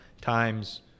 times